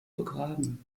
begraben